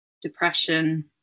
depression